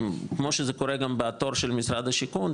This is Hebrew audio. כמו שזה קורה גם בתור של משרד השיכון,